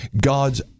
God's